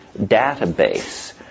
database